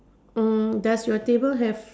um does your table have